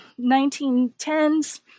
1910s